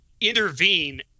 intervene